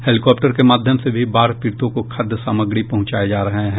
helicopter के माध्यम से भी बाढ़ पीड़ितों को खाद्य सामग्री पहुंचाए जा रहे हैं